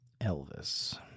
Elvis